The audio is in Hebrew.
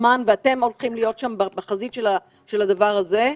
ואתם הולכים להיות שם בחזית של הדבר הזה.